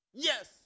Yes